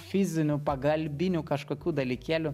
fizinių pagalbinių kažkokių dalykėlių